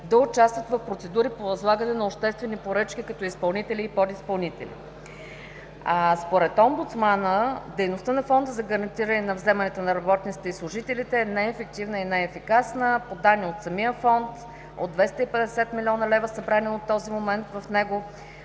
да участват в процедури по възлагане на обществени поръчки като изпълнители и подизпълнители. Според омбудсмана дейността на Фонда за гарантиране на вземанията на работниците и служителите е неефективна и неефикасна. По данни от самия Фонд от 250 млн. лв., събрани от този момент в него,